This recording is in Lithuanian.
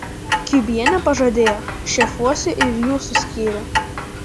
kiubienė pažadėjo šefuosiu ir jūsų skyrių